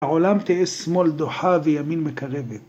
לעולם תהיה שמאל דוחה וימין מקרבת.